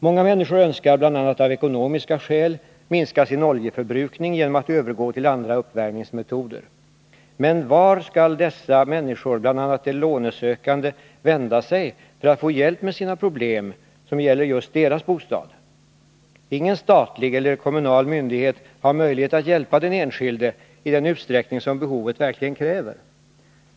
Många människor önskar, bl.a. av ekonomiska skäl, minska sin oljeförbrukning genom att övergå till andra uppvärmningsmetoder. Men vart skall dessa människor, t.ex. de lånesökande, vända sig för att få hjälp med sina problem som gäller just deras bostad? Ingen statlig eller kommunal myndighet har möjlighet att hjälpa den enskilde i den utsträckning som behovet verkligen kräver.